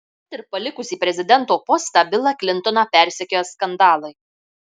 net ir palikusį prezidento postą bilą klintoną persekioja skandalai